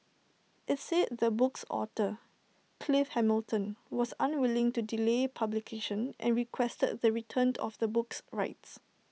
IT said the book's author Clive Hamilton was unwilling to delay publication and requested the return of the book's rights